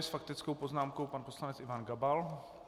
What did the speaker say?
S faktickou poznámkou pan poslanec Ivan Gabal.